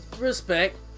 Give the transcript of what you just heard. Respect